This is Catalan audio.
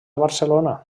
barcelona